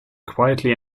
quietly